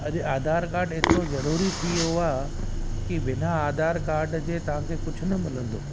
अॼु आधार कार्ड एतिरो ज़रूरी थी वियो आहे कि बिना आधार कार्ड जे तव्हांखे कुझ न मिलंदो